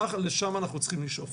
לשם אנחנו צריכים לשאוף.